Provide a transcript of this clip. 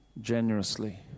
Generously